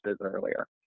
earlier